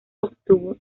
obtuvo